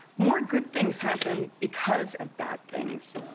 more good things happen because of bad things,